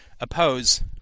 oppose